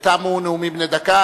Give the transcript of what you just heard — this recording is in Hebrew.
תמו נאומים בני דקה.